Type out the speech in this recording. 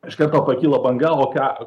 iš karto pakilo banga o ką